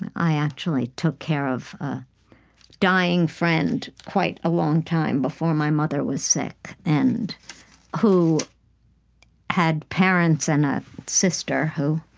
and i actually took care of a dying friend quite a long time before my mother was sick and who had parents and a sister who